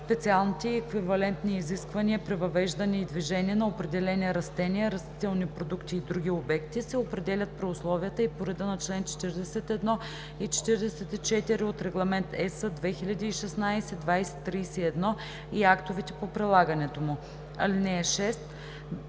Специалните и еквивалентни изисквания при въвеждане и движение на определени растения, растителни продукти и други обекти се определят при условията и по реда на чл. 41 и 44 от Регламент (ЕС) 2016/2031 и актовете по прилагането му. (6)